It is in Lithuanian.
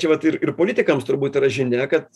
čia vat ir ir politikams turbūt yra žinia kad